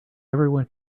everyone